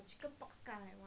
!huh!